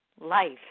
life